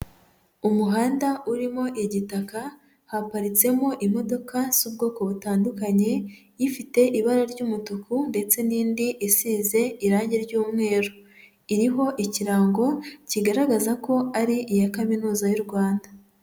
Umuhanda urimo igitaka, haparitsemo imodoka z'ubwoko butandukanye, ifite ibara ry'umutuku ndetse n'indi isize irangi ry'umweru, iriho ikirango kigaragaza ko ari iya kaminuza y'u Rwanda.